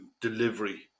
delivery